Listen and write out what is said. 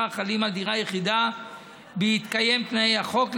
החלים על דירה יחידה בהתקיים תנאי החוק,